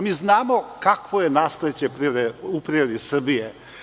Mi znamo kakvo je nasleđe u privredi Srbije.